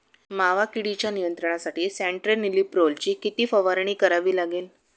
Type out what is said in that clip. मावा किडीच्या नियंत्रणासाठी स्यान्ट्रेनिलीप्रोलची किती फवारणी करावी लागेल?